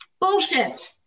Bullshit